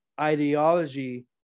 ideology